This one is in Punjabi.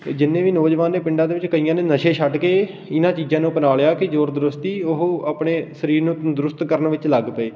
ਅਤੇ ਜਿੰਨੇ ਵੀ ਨੌਜਵਾਨ ਨੇ ਪਿੰਡਾਂ ਦੇ ਵਿੱਚ ਕਈਆਂ ਨੇ ਨਸ਼ੇ ਛੱਡ ਕੇ ਇਹਨਾਂ ਚੀਜ਼ਾਂ ਨੂੰ ਅਪਣਾ ਲਿਆ ਕਿ ਜੋਰ ਦਰੁਸਤੀ ਉਹ ਆਪਣੇ ਸਰੀਰ ਨੂੰ ਦਰੁਸਤ ਕਰਨ ਵਿੱਚ ਲੱਗ ਪਏ